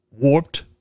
Warped